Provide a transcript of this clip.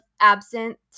absent